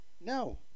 No